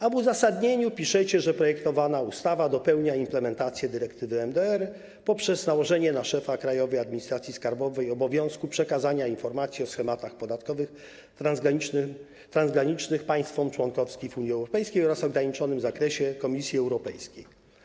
A w uzasadnieniu piszecie, że projektowana ustawa dopełnia implementację dyrektywy MDR poprzez nałożenie na szefa Krajowej Administracji Skarbowej obowiązku przekazania informacji o schematach podatkowych transgranicznych państwom członkowskim Unii Europejskiej oraz w ograniczonym zakresie Komisji Europejskiej.